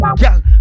girl